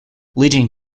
leading